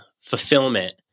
fulfillment